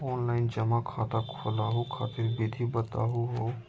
Online जमा खाता खोलहु खातिर विधि बताहु हो?